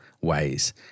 ways